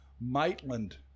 Maitland